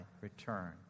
return